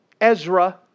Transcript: Ezra